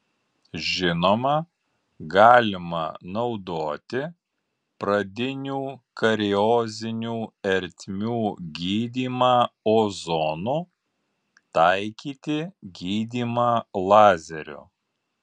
žinoma galima naudoti pradinių kariozinių ertmių gydymą ozonu taikyti gydymą lazeriu